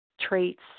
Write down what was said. traits